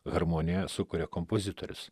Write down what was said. harmoniją sukuria kompozitorius